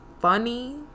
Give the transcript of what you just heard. funny